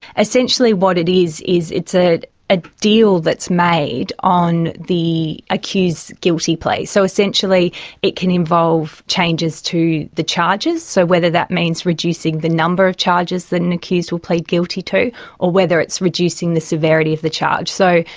essentially what it is, is it's a ah deal that's made on the accused's guilty plea. so essentially it can involve changes to the charges so whether that means reducing the number of charges that an accused will plead guilty to or whether it's reducing the severity of the charge. so,